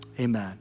amen